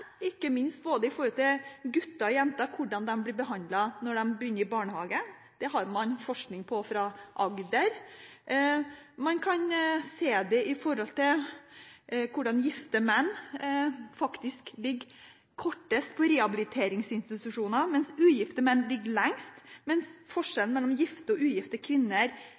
ikke minst når det gjelder gutter og jenter, på hvordan de blir behandlet når de begynner i barnehage. Det har vi forskning på fra Agderforskning. Vi kan se det når gifte menn faktisk ligger kortest tid på rehabiliteringsinstitusjoner, mens ugifte menn ligger lengst, mens det ikke er noen forskjell mellom gifte og ugifte kvinner i det hele tatt. Det er